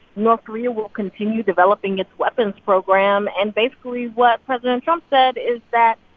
north korea will continue developing its weapons program. and basically what president trump said is that